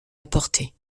apportées